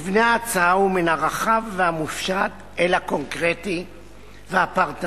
מבנה ההצעה הוא מן הרחב והמופשט אל הקונקרטי והפרטני.